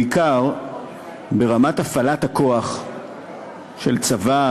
בעיקר ברמת הפעלת הכוח של הצבא,